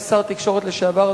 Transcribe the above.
כשר התקשורת לשעבר,